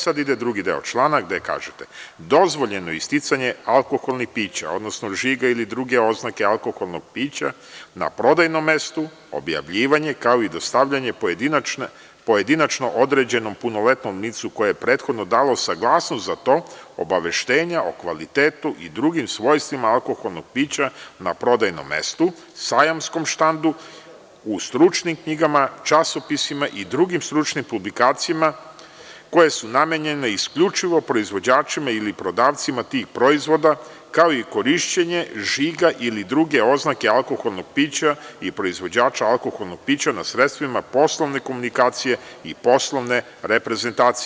Sada ide drugi deo člana, gde kažete – dozvoljeno isticanje alkoholnih pića, odnosno žiga ili druge oznake alkoholnog pića, na prodajnom mestu, objavljivanje kao i dostavljanje pojedinačno, određenom punoletnom licu koje je prethodno dalo saglasnost za to, obaveštenja o kvalitetu i drugim svojstvima alkoholnih pića na prodajnom mestu, sajamskom štandu, u stručnim knjigama, časopisima i drugim stručnim publikacijama, koje su namenjene isključivo proizvođačima ili prodavcima tih proizvoda, kao i korišćenje žiga ili druge oznake alkoholnog pića i proizvođača alkoholnog pića na sredstvima poslovne komunikacije i poslovne reprezentacije.